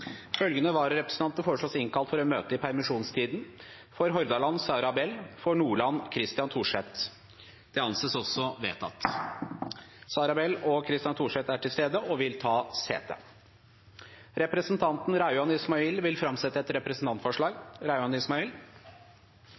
Følgende vararepresentanter innkalles for å møte i permisjonstiden: For Hordaland: Sara Bell For Nordland: Christian Torset Sara Bell og Christian Torset er til stede og vil ta sete. Representanten Rauand Ismail vil framsette et representantforslag.